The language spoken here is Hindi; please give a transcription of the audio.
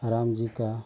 राम जी का